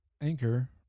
Anchor